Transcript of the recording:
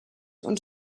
und